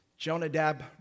Jonadab